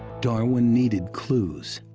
darwin needed clues.